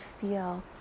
feel